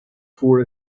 four